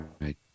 Right